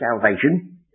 salvation